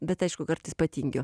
bet aišku kartais patingiu